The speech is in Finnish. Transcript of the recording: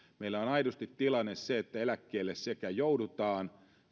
meillä on aidosti tilanne se että eläkkeelle sekä joudutaan